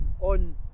on